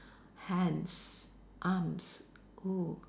hands arms oo